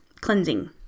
cleansing